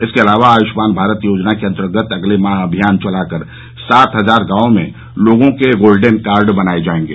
इसके अलावा आयुष्मान भारत योजना के अंतर्गत अगले माह अभियान चलाकर सात हजार गांवों में लोगों के गोल्डन कार्ड बनाये जायेंगे